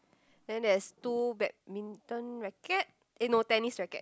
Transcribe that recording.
then there's two badminton racket eh no tennis racket